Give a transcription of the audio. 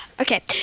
okay